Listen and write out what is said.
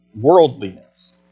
worldliness